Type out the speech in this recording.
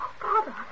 Father